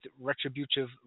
retributive